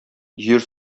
җир